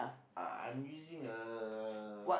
uh I'm using a